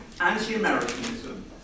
anti-Americanism